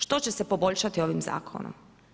Što će se poboljšati ovim zakonom?